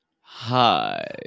hi